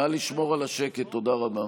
תודה רבה.